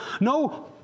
no